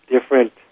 different